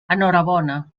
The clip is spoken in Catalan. enhorabona